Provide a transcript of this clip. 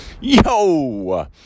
yo